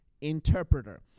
interpreter